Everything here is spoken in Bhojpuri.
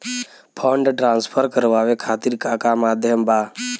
फंड ट्रांसफर करवाये खातीर का का माध्यम बा?